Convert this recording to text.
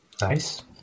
nice